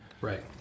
Right